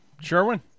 sherwin